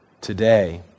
Today